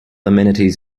amenities